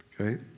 Okay